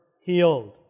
healed